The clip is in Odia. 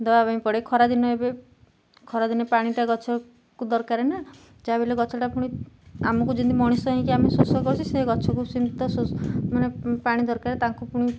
ଦବା ପାଇଁ ପଡ଼େ ଖରାଦିନ ଏବେ ଖରାଦିନ ପାଣିଟା ଗଛକୁ ଦରକାରେ ନା ଯାହାବି ହେଲେ ଗଛଟା ପୁଣି ଆମକୁ ଯେମିତି ମଣିଷ ହେଇକି ଆମେ ଶୋଷ କରୁଛି ସେ ଗଛକୁ ମାନେ ପାଣି ଦରକାରେ ତାଙ୍କୁ ପୁଣି